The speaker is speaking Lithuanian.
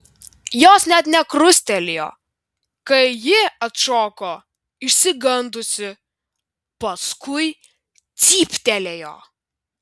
jos net nekrustelėjo kai ji atšoko išsigandusi paskui cyptelėjo